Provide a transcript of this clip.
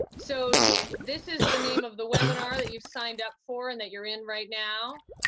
so, this is the name of the webinar that you've signed up for and that you're in right now,